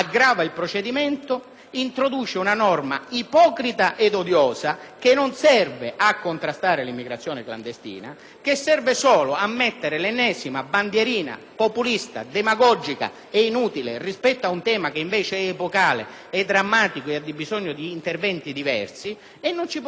che non serve a contrastare l'immigrazione clandestina ma solo a mettere l'ennesima bandierina populista e demagogica su un tema che invece è epocale, drammatico e necessita di interventi diversi. La norma, pertanto, non ci può trovare consenzienti, perché credo che questo non sia un modo serio, decoroso e dignitoso